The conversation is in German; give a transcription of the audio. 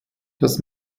das